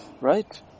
right